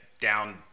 down